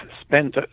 spent